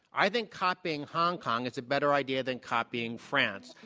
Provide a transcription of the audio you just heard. i think copying hong kong is a better idea than copying france.